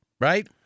Right